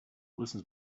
listen